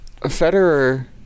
Federer